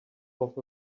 off